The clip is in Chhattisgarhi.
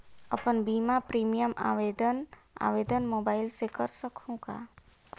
अपन बीमा प्रीमियम आवेदन आवेदन मोबाइल से कर सकहुं का?